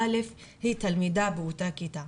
היא תלמידה באותה כיתה.